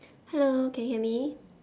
hello can you hear me